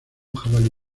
jabalí